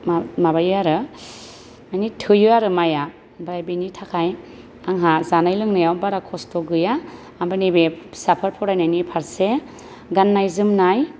माबायो आरो थोयो आरो माइया ओमफ्राय बेनि थाखाय आंहा जानाय लोंनायाव बारा खस्थ' गैया ओमफ्राय नैबे फिसाफोर फरायनायनि फारसे गाननाय जोमनाय